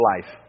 life